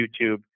YouTube